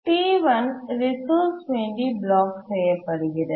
T1 resource வேண்டி block செய்யப்படுகிறது